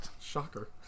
Shocker